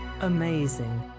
Amazing